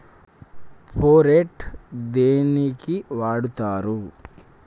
Phorate దేనికి వాడుతరు?